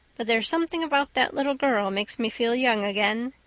but there's something about that little girl makes me feel young again.